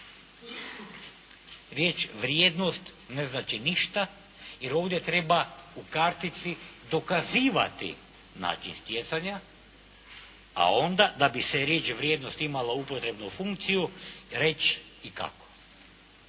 Riječ: "vrijednost" ne znači ništa, jer ovdje treba u kartici dokazivati način stjecanja, a onda da bi se riječ: "vrijednost" imalo upotrebnu funkciju reći i kako.